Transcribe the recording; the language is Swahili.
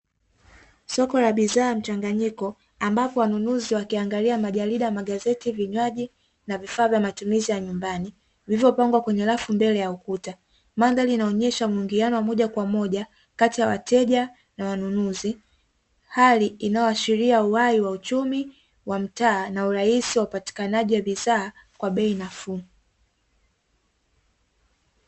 Soko la bidhaa mchanganyiko ambapo wanunuzi wakiangalia majarida magazeti vinywaji na vifaa vya matumizi ya nyumbani vilivyo pangwa kwenye rafu mbele ya ukuta, mandhari inaonyesha muingiano moja kwa moja kati ya wateja na wanunuzi hali inayo ashiria uhai wa uchumi wa mtaa na urahisi wa upatikanaji wa bidhaa kwa bei nafuu.